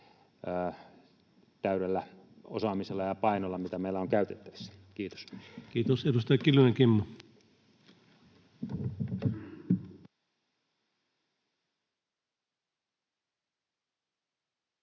täydellä osaamisella ja painolla, mitä meillä on käytettävissä. — Kiitos. Kiitos. — Edustaja Kiljunen, Kimmo. Arvoisa